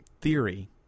theory